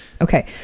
Okay